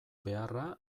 beharra